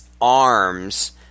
arms